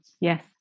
Yes